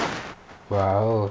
!wow!